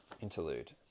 interlude